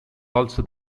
also